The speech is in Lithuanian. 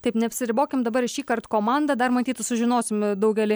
taip neapsiribokim dabar šįkart komanda dar matyt sužinosim daugelį